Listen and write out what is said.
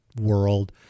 world